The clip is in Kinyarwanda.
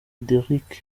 derick